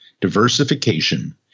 diversification